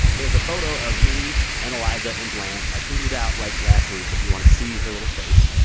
there's a photo of me and iliza and blanche. i tweeted it out, like, last week if you want to see her little face.